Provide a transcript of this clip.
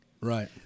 Right